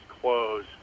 close